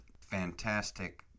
fantastic